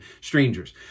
strangers